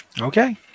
Okay